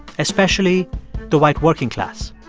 especially the white working class.